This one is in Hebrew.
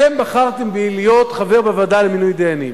אתם בחרתם בי להיות חבר בוועדה למינוי דיינים,